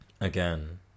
Again